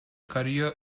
career